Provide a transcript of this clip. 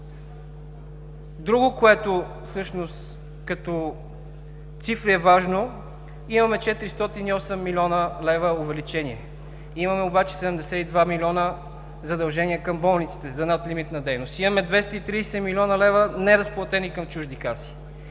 Другото, което като цифри е важно, имаме 408 млн. лв. увеличение. Имаме обаче 72 млн. лв. задължения към болниците за надлимитна дейност. Имаме 230 млн. лв. неразплатени към чужди каси.